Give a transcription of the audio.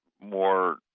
more